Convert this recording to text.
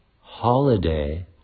holiday